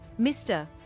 Mr